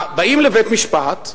באים לבית-משפט,